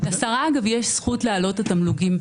--- לגבי התמלוגים,